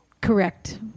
Correct